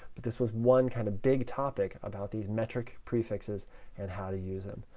but this was one kind of big topic about these metric prefixes and how to use them.